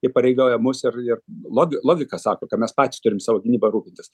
įpareigoja mus ir ir logi logika sako ką mes patys turim savo gynyba rūpintis